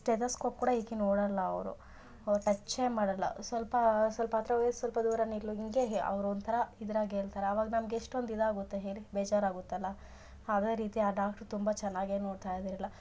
stethoscope ಕೂಡ ಈಕಿ ನೋಡಲ್ಲ ಅವರು ಅವ್ರು ಟಚ್ಚೇ ಮಾಡಲ್ಲ ಸ್ವಲ್ಪ ಸ್ವಲ್ಪ ಹತ್ರ ಹೋಗಿ ಸ್ವಲ್ಪ ದೂರ ನಿಲ್ಲು ಹಿಂಗೆಹೇ ಅವ್ರ ಒಂಥರಾ ಇದ್ರಾಗೇಳ್ತಾರ್ ಅವಾಗ ನಮ್ಗೆ ಎಷ್ಟೊಂದು ಇದಾಗುತ್ತೆ ಹೇಳಿ ಬೇಜಾರಾಗುತ್ತಲ್ಲ ಅದೇ ರೀತಿ ಆ ಡಾಕ್ಟ್ರ್ ತುಂಬ ಚೆನ್ನಾಗೇ ನೋಡ್ತಾಯಿದಿಲ್ಲ